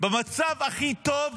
במצב הכי טוב